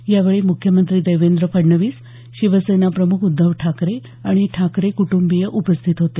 यावेळी मुख्यमंत्री देवेंद्र फडणवीस शिवसेना प्रमुख उद्धव ठाकरे आणि ठाकरे क्टुंबीय उपस्थित होते